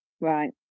Right